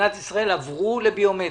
במדינת ישראל עברו לביומטרי.